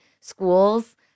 schools